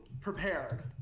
prepared